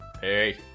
hey